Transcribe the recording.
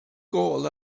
gôl